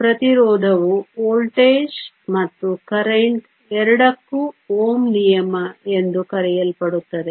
ಪ್ರತಿರೋಧವು ವೋಲ್ಟೇಜ್ ಮತ್ತು ಕರೆಂಟ್ ಎರಡಕ್ಕೂ ಓಮ್ ನಿಯಮ ಎಂದು ಕರೆಯಲ್ಪಡುತ್ತದೆ